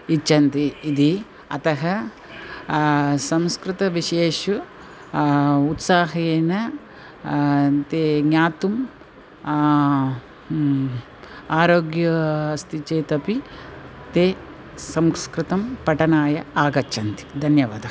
इच्छन्ति इति अतः संस्कृतविषयेषु उत्साहेन ते ज्ञातुम् आरोग्यः अस्ति चेदपि ते संस्कृतपठनाय आगच्छन्ति धन्यवादः